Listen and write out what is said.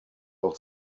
auch